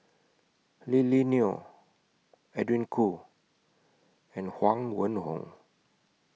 Lily Neo Edwin Koo and Huang Wenhong